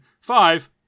Five